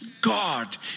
God